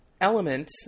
element